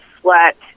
sweat